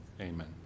amen